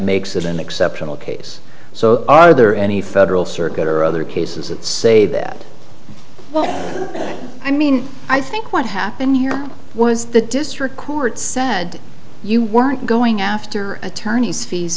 makes it an exceptional case so are there any federal circuit or other cases it say that well i mean i think what happened here was the district court said you weren't going after attorneys fees